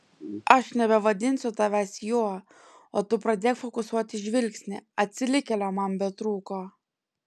aš nebevadinsiu tavęs juo o tu pradėk fokusuoti žvilgsnį atsilikėlio man betrūko